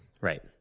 Right